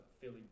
philly